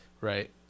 Right